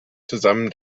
zusammen